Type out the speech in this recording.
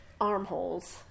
armholes